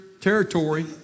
territory